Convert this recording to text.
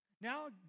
Now